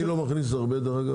מי לא מכניס הרבה, דרך אגב?